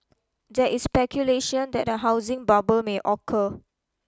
there is speculation that a housing bubble may occur